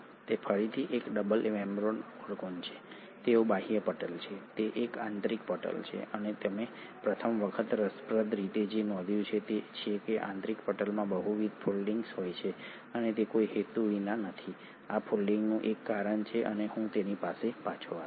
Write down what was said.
તે ફરીથી એક ડબલ મેમ્બ્રેન ઓર્ગન છે તેમાં બાહ્ય પટલ છે એક આંતરિક પટલ છે અને તમે પ્રથમ વખત રસપ્રદ રીતે જે નોંધ્યું છે તે એ છે કે આંતરિક પટલમાં બહુવિધ ફોલ્ડિંગ્સ હોય છે અને તે કોઈ હેતુ વિના નથી આ ફોલ્ડિંગ નું એક કારણ છે અને હું તેની પાસે પાછો આવીશ